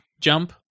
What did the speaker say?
Jump